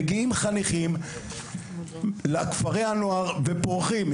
מגיעים חניכים לכפרי הנוער ופורחים.